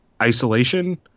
isolation